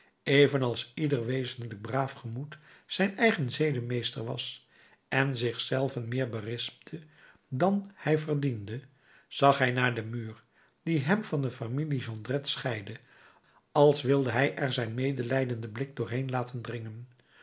evenals ieder wezenlijk braaf gemoed zijn eigen zedenmeester was en zich zelven meer berispte dan hij verdiende zag hij naar den muur die hem van de familie jondrette scheidde als wilde hij er zijn medelijdenden blik doorheen laten dringen